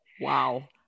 Wow